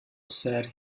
said